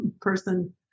person